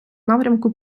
напрямку